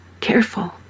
careful